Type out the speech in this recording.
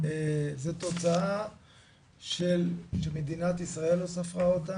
זו תוצאה שמדינת ישראל לא ספרה אותם,